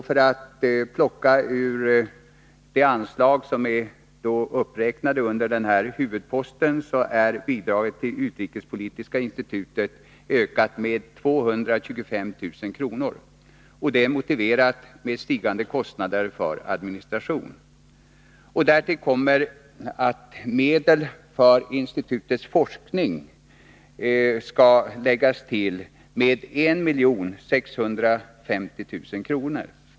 För att nämna några av de anslag som har räknats upp under denna huvudpost kan jag plocka ut följande. Bidraget till utrikespolitiska institutet ökas med 225 000 kr., och det motiveras med stigande kostnader för administration. Därtill kommer att medlen för institutets forskning skall ökas med 1 650 000 kr.